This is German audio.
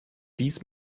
dies